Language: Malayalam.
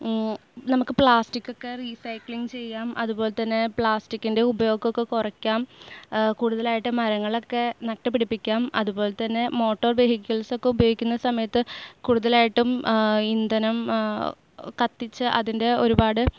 നമുക്ക് പ്ലാസ്റ്റിക്ക് ഒക്കെ റീസൈക്ലിങ് ചെയ്യാം അതുപോലെതന്നെ പ്ലാസ്റ്റിക്കിൻ്റെ ഉപയോഗമൊക്കെ കുറയ്ക്കാം കൂടുതലായിട്ട് മരങ്ങളൊക്കെ നട്ടു പിടിപ്പിക്കാം അതുപോലെതന്നെ മോട്ടോർ വെഹിക്കിൾസ് ഒക്കെ ഉപയോഗിക്കുന്ന സമയത്ത് കൂടുതലായിട്ടും ഇന്ധനം കത്തിച്ച് അതിൻ്റെ ഒരുപാട്